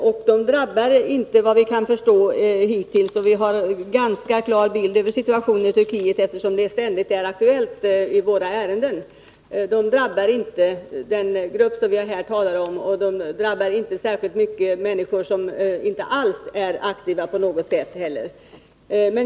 Såvitt vi hittills kunnat förstå — och vi har en ganska klar bild av situationen i Turkiet, eftersom den ständigt är aktuell i våra ärenden — drabbar dessa brott inte den grupp vi här talar om och inte heller särskilt mycket människor som inte alls är aktiva.